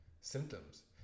symptoms